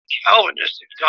calvinistic